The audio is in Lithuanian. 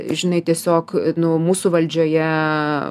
žinai tiesiog nu mūsų valdžioje